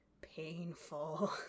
painful